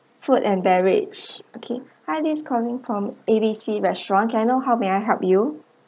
food and beverage okay hi this calling from A_B_C restaurant can I know how may I help you